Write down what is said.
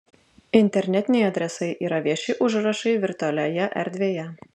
internetiniai adresai yra vieši užrašai virtualioje erdvėje